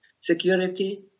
Security